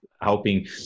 helping